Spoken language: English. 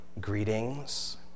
Greetings